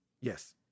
Yes